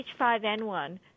H5N1